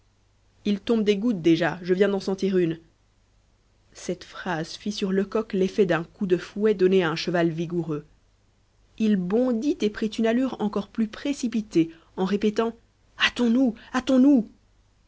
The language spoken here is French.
il tombe des gouttes déjà je viens d'en sentir une cette phrase fit sur lecoq l'effet d'un coup de fouet donné à un cheval vigoureux il bondit et prit une allure encore plus précipitée en répétant